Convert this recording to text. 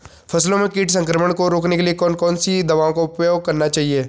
फसलों में कीट संक्रमण को रोकने के लिए कौन कौन सी दवाओं का उपयोग करना चाहिए?